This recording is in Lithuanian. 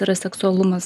yra seksualumas